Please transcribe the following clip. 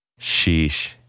Sheesh